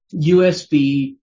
USB